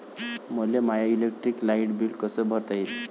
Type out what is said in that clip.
मले माय electric light bill कस भरता येईल?